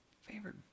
Favorite